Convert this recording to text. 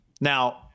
Now